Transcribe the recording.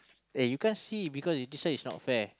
eh you can't see it because this one is not fair